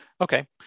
okay